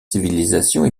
civilisations